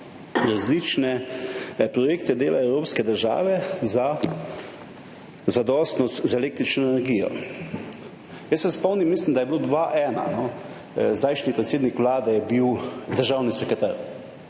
različne projekte dela za zadostnost z električno energijo. Jaz se spomnim, mislim, da je bilo leta 2001, zdajšnji predsednik Vlade je bil državni sekretar.